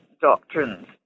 doctrines